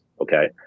Okay